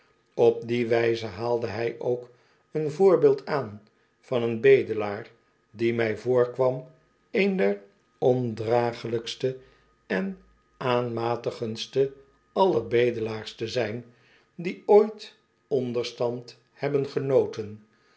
op die wijze haalde hij ook een voorbeeld aan van een bedelaar die mij voorkwam een der ondraaglijkste en aanmatigendste aller bedelaars te zijn die ooit onderstand hebben genoten